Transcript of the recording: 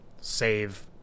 save